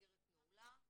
מסגרת נעולה,